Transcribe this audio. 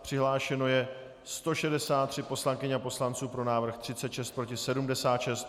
Přihlášeno je 163 poslankyň a poslanců, pro návrh 36, proti 76.